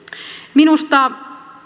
minusta